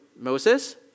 Moses